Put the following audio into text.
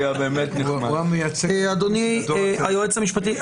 אדוני היועץ המשפטי,